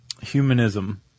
humanism